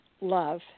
love